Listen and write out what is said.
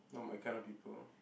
not my kind of people